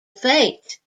fate